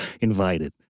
invited